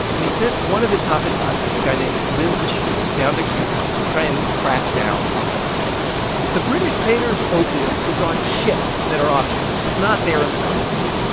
and he sent one of his top advisers, a guy named lin zexu, down to canton to try and crack down on opium the british traders' opium is on ships that are offshore it's not there in the compound.